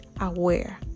aware